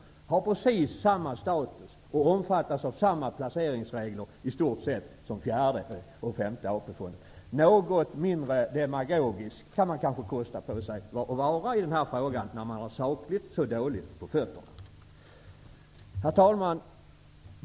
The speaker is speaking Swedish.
De har precis samma status och omfattas i stort sett av samma placeringsregler som fjärde och femte AP Något mindre demagogiskt kan man kanske kosta på sig att vara i den här frågan när man har sakligt så dåligt på fötterna.